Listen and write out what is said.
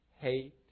hate